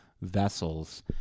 vessels